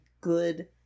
good